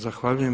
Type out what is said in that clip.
Zahvaljujem.